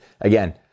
again